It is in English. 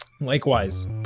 Likewise